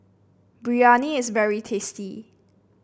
biryani is very tasty